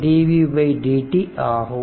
CN dvdt ஆகும்